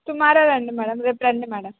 tomorrow రండి madam రేపు రండి మేడం